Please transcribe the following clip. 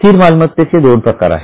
स्थिर मालमत्तेचे दोन प्रकार आहेत